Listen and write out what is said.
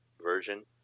version